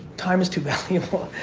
time is too valuable.